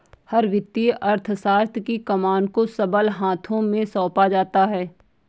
हर वित्तीय अर्थशास्त्र की कमान को सबल हाथों में सौंपा जाता है